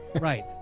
right,